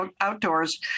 outdoors